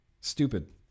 Stupid